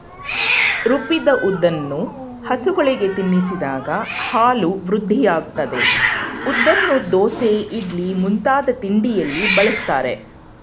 ರುಬ್ಬಿದ ಉದ್ದನ್ನು ಹಸುಗಳಿಗೆ ತಿನ್ನಿಸಿದಾಗ ಹಾಲು ವೃದ್ಧಿಯಾಗ್ತದೆ ಉದ್ದನ್ನು ದೋಸೆ ಇಡ್ಲಿ ಮುಂತಾದ ತಿಂಡಿಯಲ್ಲಿ ಬಳಸ್ತಾರೆ